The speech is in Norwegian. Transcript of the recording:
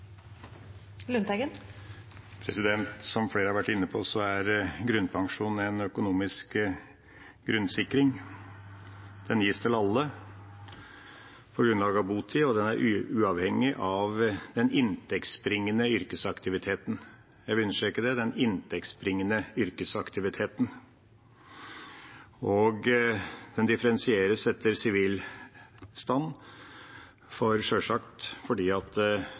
en økonomisk grunnsikring. Den gis til alle på grunnlag av botid, og den er uavhengig av den inntektsbringende yrkesaktiviteten – jeg vil understreke: den inntektsbringende yrkesaktiviteten. Den differensieres etter sivilstand – sjølsagt fordi